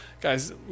Guys